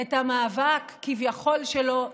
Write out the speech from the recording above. את המאבק כביכול שלו נגדה.